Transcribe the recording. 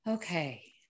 Okay